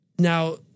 Now